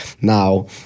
now